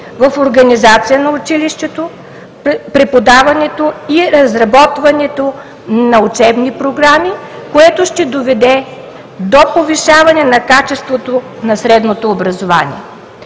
в организация на училището, преподаването и разработването на учебни програми, което ще доведе до повишаване на качеството на средното образование.